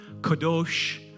kadosh